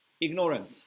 ignorant